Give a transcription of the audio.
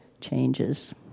changes